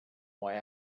why